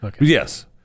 Yes